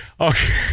okay